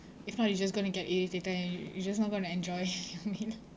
if not you're just gonna get irritated and you you're just not going to enjoy I mean